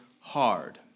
hard